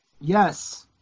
Yes